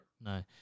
No